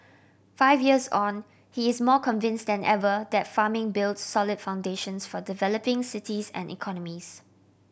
five years on he is more convinced than ever that farming builds solid foundations for developing cities and economies